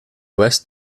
west